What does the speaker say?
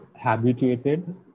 habituated